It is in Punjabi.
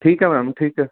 ਠੀਕ ਹੈ ਮੈਮ ਠੀਕ ਹੈ